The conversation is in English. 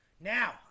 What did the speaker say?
now